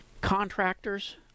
contractors